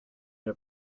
der